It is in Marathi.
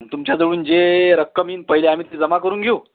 तुमच्याजवळून जे रक्कम येईन पहिले आम्ही ते जमा करून घेऊ